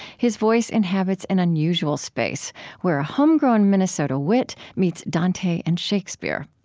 his voice inhabits an unusual space where a homegrown minnesota wit meets dante and shakespeare.